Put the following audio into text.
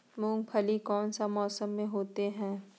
मूंगफली कौन सा मौसम में होते हैं?